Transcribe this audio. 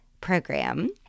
program